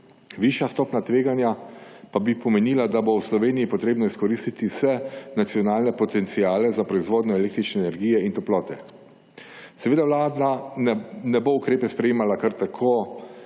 Višja stopnja tveganja pa bi pomenila, da bo v Sloveniji treba izkoristiti vse nacionalne potenciale za proizvodnjo električne energije in toplote. Seveda vlada ne bo ukrepe sprejemala kar tako.